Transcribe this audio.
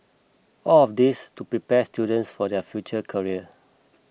all of this to prepare students for their future career